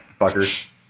fuckers